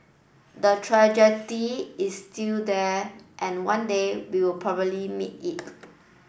the trajectory is still there and one day we'll probably meet it